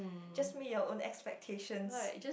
just meet your own expectations